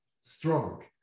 strong